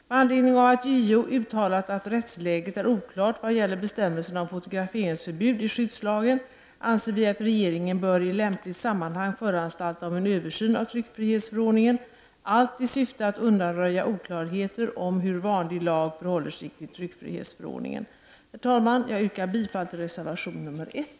Med anledning av att JO har uttalat att rättsläget är oklart vad gäller bestämmelserna om fotograferingsförbud i skyddslagen anser vi att regeringen i lämpligt sammanhang bör föranstalta om en översyn av tryckfrihetsförordningen, allt i syfte att undanröja oklarheter om hur vanlig lag förhåller sig till tryckfrihetsförordningen. Herr talman! Jag yrkar bifall till reservation 1.